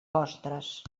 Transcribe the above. postres